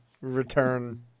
return